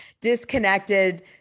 disconnected